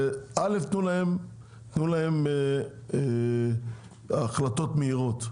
וא' תנו להם החלטות מהירות,